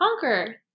conquer